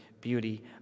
beauty